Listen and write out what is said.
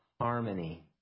harmony